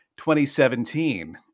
2017